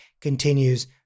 continues